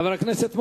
חבר הכנסת מוזס.